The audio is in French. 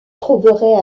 trouverait